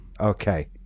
Okay